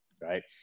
right